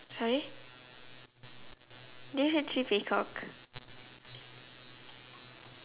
sorry did you say three peacock